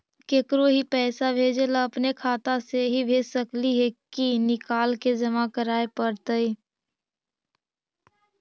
केकरो ही पैसा भेजे ल अपने खाता से ही भेज सकली हे की निकाल के जमा कराए पड़तइ?